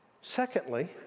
Secondly